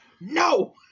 No